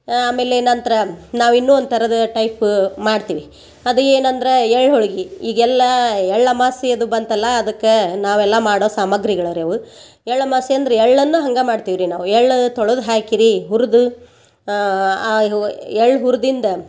ಆಮೇಲೆ ನಂತರ ನಾವು ಇನ್ನೂ ಒಂದು ಥರದ ಟೈಪ್ ಮಾಡ್ತೀವಿ ಅದು ಏನಂದ್ರೆ ಎಳ್ಳು ಹೋಳ್ಗಿ ಈಗೆಲ್ಲ ಎಳ್ಳು ಅಮಾಸ್ಯೆದು ಬಂತಲ್ಲ ಅದಕ್ಕೆ ನಾವೆಲ್ಲ ಮಾಡೋ ಸಾಮಗ್ರಿಗಳ ರೀ ಅವು ಎಳ್ಳಮಾಸಿ ಅಂದ್ರೆ ಎಳ್ಳನ್ನು ಹಂಗೆ ಮಾಡ್ತೀವಿ ರೀ ನಾವು ಎಳ್ಳು ತೊಳೆದು ಹಾಕಿ ರೀ ಹುರ್ದು ಎಳ್ಳು ಹುರ್ದಿಂದ